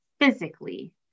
physically